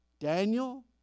Daniel